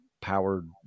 powered